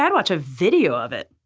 hey, i'd watch a video of it.